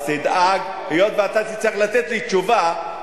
היות שאתה תצטרך לתת לי תשובה,